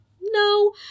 no